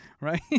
right